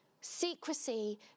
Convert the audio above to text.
Secrecy